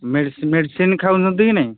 medicine medicine ଖାଉଛନ୍ତି କି ନାହିଁ